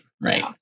right